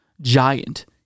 giant